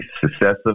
successive